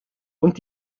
und